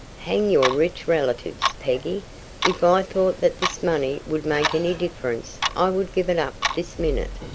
hang your rich relatives, peggy if i thought that this money would make any difference i would give it up this minute.